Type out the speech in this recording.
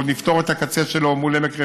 ועוד נפתור את הקצה שלו מול עמק רפאים,